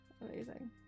Amazing